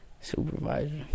Supervisor